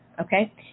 Okay